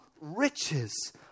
riches